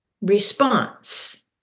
response